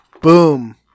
Boom